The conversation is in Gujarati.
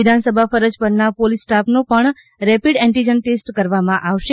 વિધાનસભા ફરજ પરના પોલીસ સ્ટાફનો પણ રેપીડ એન્ટિજન ટેસ્ટ કરાવવામાં આવશે